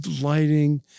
lighting